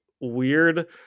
weird